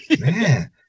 Man